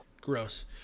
Gross